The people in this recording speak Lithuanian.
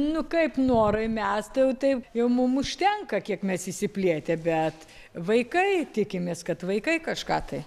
nu kaip norai mes tai jau taip jau mum užtenka kiek mes išsiplėtę bet vaikai tikimės kad vaikai kažką tai